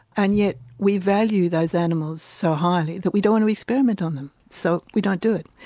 and yet we value those animals so highly that we don't want to experiment on them. so we don't do it.